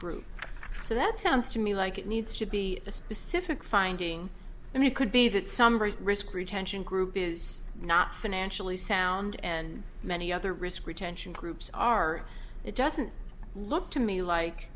group so that sounds to me like it needs to be a specific finding and he could be that somebody risk retention group is not financially sound and many other risk retention proops are it doesn't look to me like